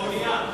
באונייה.